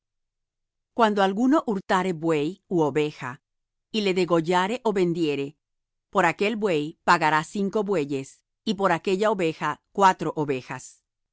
cuando alguno hurtare buey ú oveja y le degollare ó vendiere por aquel buey pagará cinco bueyes y por aquella oveja cuatro ovejas